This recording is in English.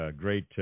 Great